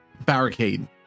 barricade